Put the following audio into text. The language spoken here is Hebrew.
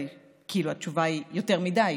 התשובה היא יותר מדי,